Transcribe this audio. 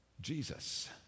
Jesus